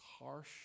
harsh